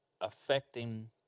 affecting